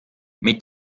mit